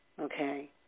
okay